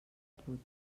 put